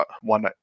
one